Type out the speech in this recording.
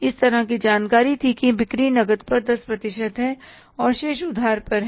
इस तरह की जानकारी थी कि बिक्री नकद पर 10 प्रतिशत है और शेष उधार पर हैं